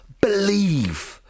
believe